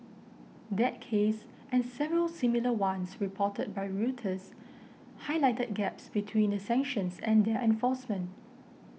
that case and several similar ones reported by Reuters Highlighted Gaps between the sanctions and their enforcement